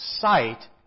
sight